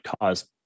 cause